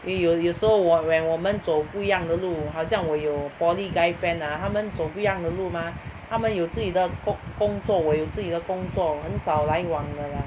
有有时候我 when 我们走不一样的路好像我有:wo men zou bu yi yang de luhao xiang wo you poly guy friend ah 他们走不一样的路 mah 他们有自己的工作我用自己的工作很少来往了 lah